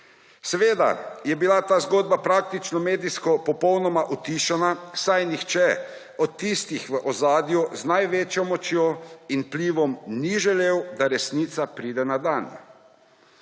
Seveda je bila ta zgodba praktično medijsko popolnoma utišana, saj niče od tistih v ozadju z največjo močjo in vplivom ni želel, da resnica pride na dan.